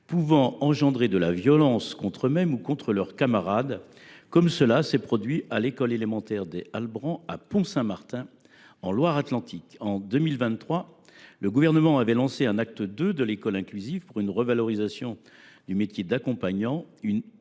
pouvant engendrer de la violence contre eux mêmes ou contre leurs camarades, comme cela s’est produit à l’école élémentaire Les Halbrans, à Pont Saint Martin, en Loire Atlantique. En 2023, le gouvernement d’alors a lancé un acte II de l’école inclusive, incluant la revalorisation du métier d’accompagnant, l’augmentation